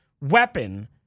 weapon